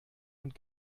und